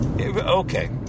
okay